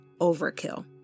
overkill